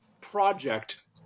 project